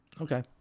Okay